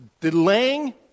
Delaying